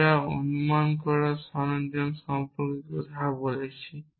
আমরা অনুমান করার সরঞ্জাম সম্পর্কে কথা বলেছি